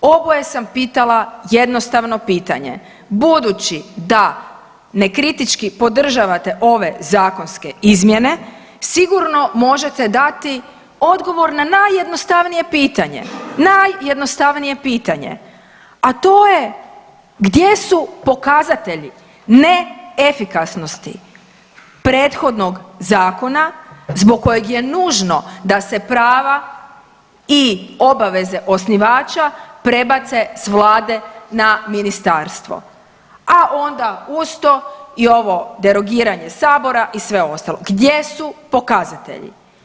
Oboje sam pitala jednostavno pitanje, budući da ne kritički podržavate ove zakonske izmjene sigurno možete dati odgovor na najjednostavnije pitanje, najjednostavnije pitanje, a to je gdje su pokazatelji neefikasnosti prethodnog zakona zbog kojeg je nužno da se prava i obaveze osnivača prebace s vlade na ministarstvo, a onda uz to i ovo derogiranje sabora i sve ostalo, gdje su pokazatelji?